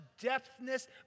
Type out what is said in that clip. depthness